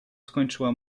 skończyła